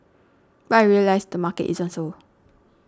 but I realised the market isn't so